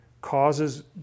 causes